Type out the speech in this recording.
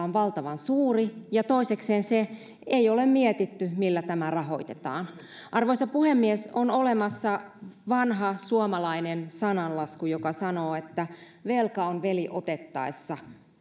on valtavan suuri ja toisekseen se että ei ole mietitty millä tämä rahoitetaan arvoisa puhemies on olemassa vanha suomalainen sananlasku joka sanoo että velka on veli otettaessa